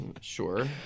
Sure